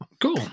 Cool